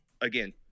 again